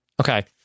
Okay